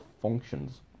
functions